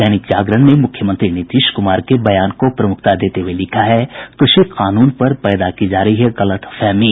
दैनिक जागरण ने मुख्यमंत्री नीतीश कुमार के बयान को प्रमुखता देते हुये लिखा है कृषि कानून पर पैदा की जा रही गलतफहमी